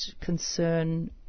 concern